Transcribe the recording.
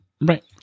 Right